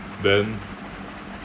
then